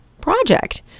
project